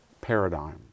paradigm